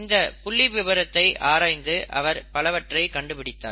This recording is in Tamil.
இந்த புள்ளிவிபரத்தை ஆராய்ந்து அவர் பலவற்றை கண்டுபிடித்தார்